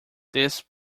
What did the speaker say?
this